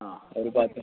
ആ ഒരു പത്ത്